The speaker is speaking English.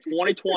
2020